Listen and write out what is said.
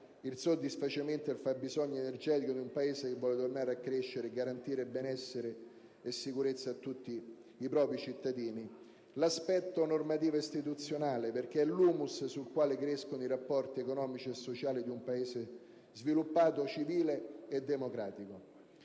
il soddisfacimento del fabbisogno energetico di un Paese che vuole tornare a crescere e garantire benessere e sicurezza a tutti i propri cittadini. Infine, l'assetto normativo-istituzionale, perché è l'*humus* sul quale crescono i rapporti economici e sociali di un Paese sviluppato, civile e democratico.